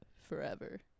forever